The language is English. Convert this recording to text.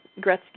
Gretzky